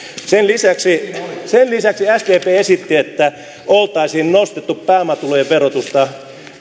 sen lisäksi sen lisäksi sdp esitti että oltaisiin nostettu pääomatulojen verotusta